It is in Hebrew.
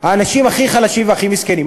האנשים הכי חלשים והכי מסכנים.